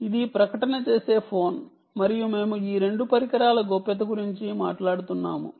ఇది ప్రకటన చేసే ఫోన్ మరియు మేము ఈ రెండు పరికరాల గోప్యత గురించి మాట్లాడుతున్నాము